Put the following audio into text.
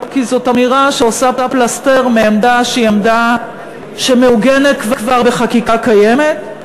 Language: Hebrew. כי זאת אמירה שעושה פלסתר עמדה שמעוגנת כבר בחקיקה קיימת.